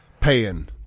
paying